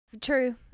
True